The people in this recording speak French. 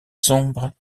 sombre